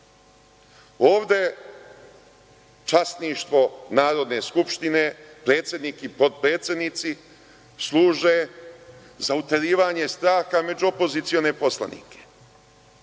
Ovde časništvo Narodne skupštine, predsednik i potpredsednici, služe za uterivanje straha među opozicione poslanike.